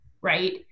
right